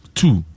two